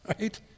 Right